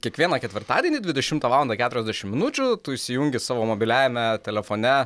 kiekvieną ketvirtadienį dvidešimtą valandą keturiasdešim minučių tu įsijungi savo mobiliajame telefone